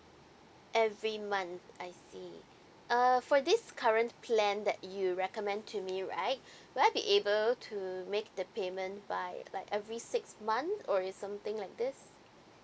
every month I see uh for this current plan that you recommend to me right will I be able to make the payment by like every six month or is something like this